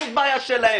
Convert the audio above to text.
זאת בעיה שלהם.